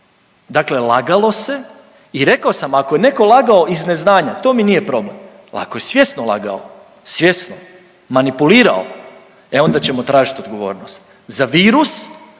dakle lagalo se i rekao sam ako je neko lagao iz neznanja to mi nije problem, a ako je svjesno lagao, svjesno manipulirao, e onda ćemo tražit odgovornost za virus